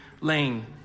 lane